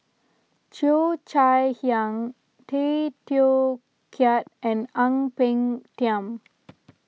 Cheo Chai Hiang Tay Teow Kiat and Ang Peng Tiam